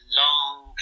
long